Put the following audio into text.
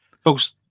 Folks